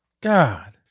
God